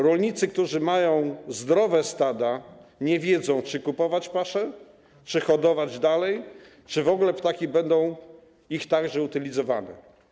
Rolnicy, którzy mają zdrowe stada, nie wiedzą, czy kupować paszę czy hodować dalej, czy w ogóle ich ptaki będą utylizowane.